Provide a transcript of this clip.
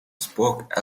spoke